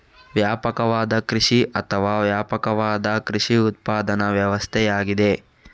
ವ್ಯಾಪಕವಾದ ಕೃಷಿ ಅಥವಾ ವ್ಯಾಪಕವಾದ ಕೃಷಿ ಉತ್ಪಾದನಾ ವ್ಯವಸ್ಥೆಯಾಗಿದೆ